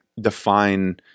define